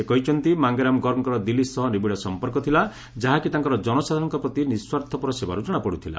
ସେ କହିଛନ୍ତି ମାଙ୍ଗେରାମ ଗର୍ଗଙ୍କର ଦିଲ୍ଲୀ ସହ ନିବିଡ଼ ସମ୍ପର୍କ ଥିଲା ଯାହାକି ତାଙ୍କର ଜନସାଧାରଣଙ୍କ ପ୍ରତି ନିଃସ୍ୱାର୍ଥପର ସେବାରୁ ଜଣାପଡ଼ୁଥିଲା